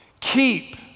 Keep